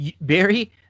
barry